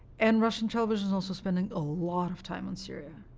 and russian television is also spending a lot of time on syria,